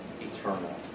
eternal